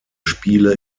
spiele